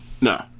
Nah